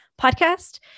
podcast